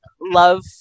love